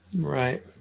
right